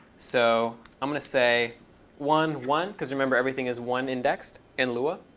so i'm going to say one, one. because, remember, everything is one indexed in lua.